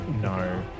No